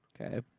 Okay